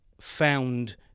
found